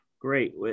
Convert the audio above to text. Great